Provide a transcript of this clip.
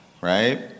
right